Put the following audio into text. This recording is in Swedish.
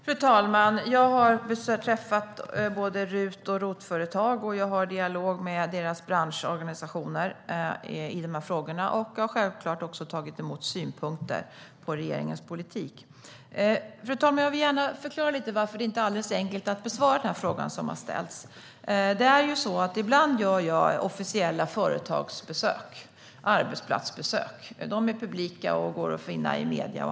Fru talman! Jag har träffat både RUT och ROT-företag, och jag har dialog med deras branschorganisationer. Jag har självklart också tagit emot synpunkter på regeringens politik. Låt mig förklara varför det inte är alldeles enkelt att besvara den fråga som har ställts. Ibland gör jag officiella företags och arbetsplatsbesök. De är publika och bevakas av medier.